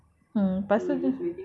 mm lepas tu dia